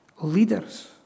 leaders